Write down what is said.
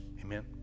Amen